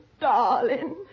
darling